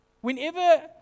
Whenever